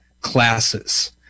classes